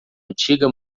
antiga